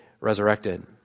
resurrected